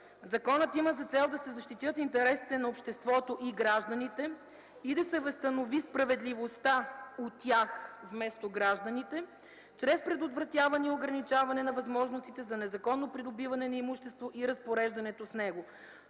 „Законът има за цел да се защитят интересите на обществото и гражданите и да се възстанови справедливостта у тях – вместо гражданите – чрез предотвратяване и ограничаване на възможностите за незаконно придобиване на имущество и разпореждането с него”.